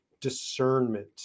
discernment